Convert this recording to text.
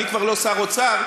אני כבר לא שר אוצר,